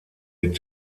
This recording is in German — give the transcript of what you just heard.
mit